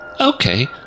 Okay